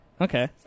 Okay